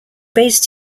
based